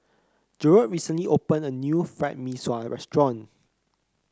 Jerod recently opened a new Fried Mee Sua restaurant